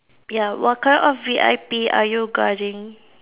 ya what kind of V_I_P are you guarding